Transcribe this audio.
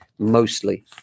mostly